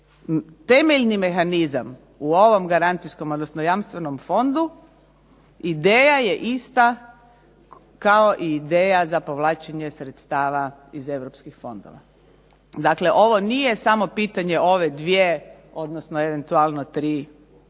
temeljni mehanizam u ovom garancijskom, odnosno jamstvenom fondu ideja je ista kao i ideja za povlačenje sredstava iz jamstvenih fondova. Dakle, ovo nije samo pitanje ove dvije, odnosno eventualno tri